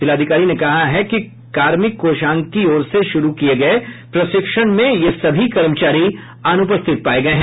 जिलाधिकारी ने कहा है कि कार्मिक कोषांग की ओर से शुरू किये गये प्रशिक्षण में ये सभी कर्मचारी अनुपस्थित पाये गये हैं